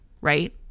Right